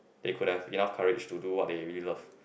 they could have enough courage to do what they really love